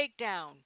takedown